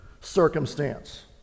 circumstance